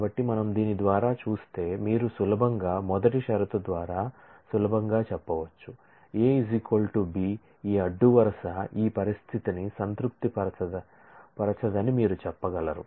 కాబట్టి మనం దీని ద్వారా చూస్తే మీరు సులభంగా మొదటి షరతు ద్వారా సులభంగా చెప్పవచ్చు A B ఈ అడ్డు వరుస ఈ పరిస్థితిని సంతృప్తిపరచదని మీరు చెప్పగలరు